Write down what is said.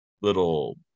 little